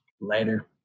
Later